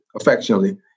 affectionately